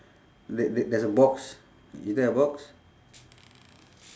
th~ th~ there's a box is there a box